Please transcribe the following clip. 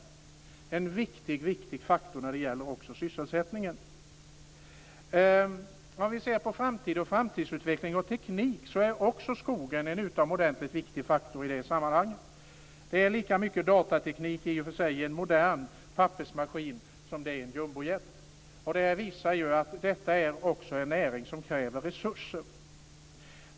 Skogen är en viktigt faktor också när det gäller sysselsättningen. Skogen är också en utomordentligt viktig faktor när vi ser på framtiden, framtidsutveckling och teknik. Det är lika mycket datateknik i en modern pappersmaskin som det är i en jumbojet. Det visar att det här är en näring som kräver resurser.